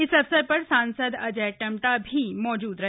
इस अवसर पर सांसद अजय टम्टा भी मौजूद रहे